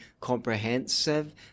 comprehensive